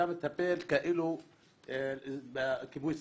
אתה מטפל כאילו בכיבוי שריפות.